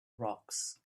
rocks